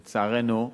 לצערנו,